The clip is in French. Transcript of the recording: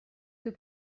que